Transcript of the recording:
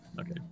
Okay